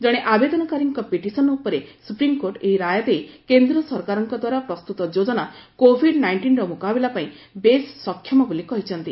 ଜଣେ ଆବେଦନକାରୀଙ୍କ ପିଟିସନ ଉପରେ ସୁପ୍ରିମକୋର୍ଟ ଏହି ରାୟ ଦେଇ କେନ୍ଦ୍ର ସରକାରଙ୍କ ଦ୍ୱାରା ପ୍ରସ୍ତୁତ ଯୋଜନା କୋଭିଡ ନାଇଷ୍ଟିନ୍ର ମୁକାବିଲା ପାଇଁ ବେସ୍ ସକ୍ଷମ ବୋଲି କହିଛନ୍ତି